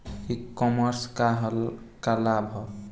ई कॉमर्स क का लाभ ह?